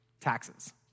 Taxes